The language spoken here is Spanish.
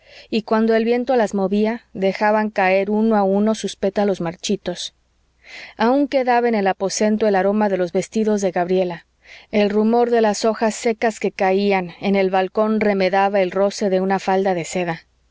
y cuando el viento las movía dejaban caer uno a uno sus pétalos marchitos aun quedaba en el aposento el aroma de los vestidos de gabriela el rumor de las hojas secas que caían en el balcón remedaba el roce de una falda de seda